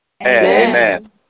Amen